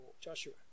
joshua